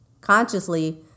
consciously